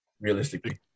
Realistically